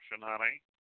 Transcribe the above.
honey